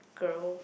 girl